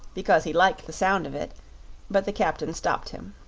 because he liked the sound of it but the captain stopped him.